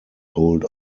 hold